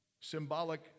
Symbolic